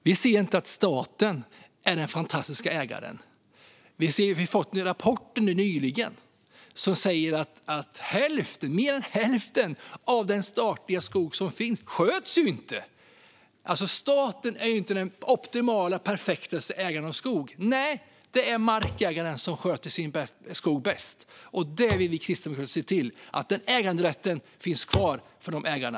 Vi ser inte att staten är den fantastiska ägaren. Vi har nyligen fått rapporter som säger att mer än hälften av den statliga skog som finns sköts inte. Staten är inte den optimala, perfekta ägaren av skog. Det är markägaren som sköter sin skog bäst. Vi kristdemokrater vill se till att den äganderätten finns kvar för de ägarna.